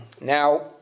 Now